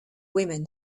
women